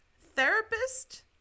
Therapist